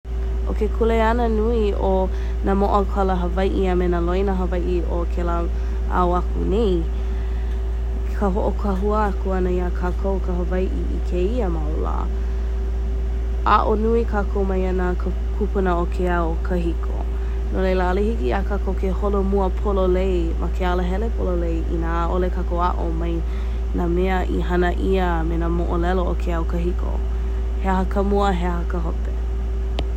ʻO ke kuleana nui o nā mōʻaukala Hawaiʻi a me nā loina Hawaiʻi o kēlā au aku nei ka hoʻokāhua aku ʻana iā kākou ka Hawaiʻi i kēia mau lā. Aʻo nui kākou mai iā nā kūpuna o ke au kāhiko. No laila ʻaʻole hiki iā kākou ke holomua pololei ma ke alahele pololei inā ʻaʻole kākou aʻo mai nā mea i hana ʻia a me nā moʻolelo o ke au kahiko. He aha ka mua, he aha ka hope?